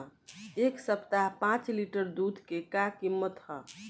एह सप्ताह पाँच लीटर दुध के का किमत ह?